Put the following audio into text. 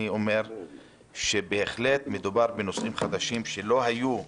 אני אומר שבהחלט מדובר בנושאים חדשים שלא היו.